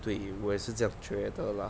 对我也是这样觉得啦